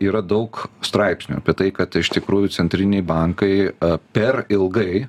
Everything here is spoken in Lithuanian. yra daug straipsnių apie tai kad iš tikrųjų centriniai bankai per ilgai